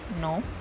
no